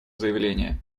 заявление